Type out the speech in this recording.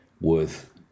worth